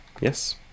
Yes